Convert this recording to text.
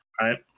Right